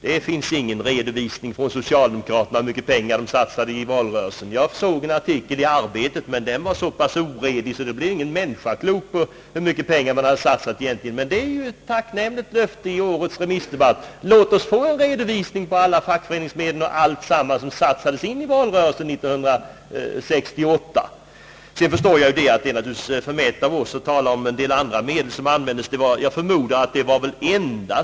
Det finns ingen redovisning från socialdemokratiskt håll hur mycket pengar som satsades i valrörelsen. Jag såg en artikel i Arbetet om denna sak, men den var så oredig att ingen kunde bli klok på hur mycket pengar som egentligen hade satsats i valrörelsen. Men det är ett tacknämligt löfte som getts i årets remissdebatt på denna punkt. Låt oss få en redovisning av alla fackföreningsmedel och andra medel som satsades i valrörelsen 1968! Jag förstår att det är förmätet av oss att tala om att en del andra medel kommit till användning.